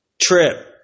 Trip